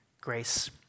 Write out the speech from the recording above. grace